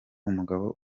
umugabo